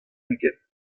ugent